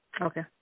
Okay